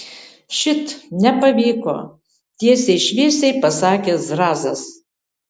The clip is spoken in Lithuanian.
šit nepavyko tiesiai šviesiai pasakė zrazas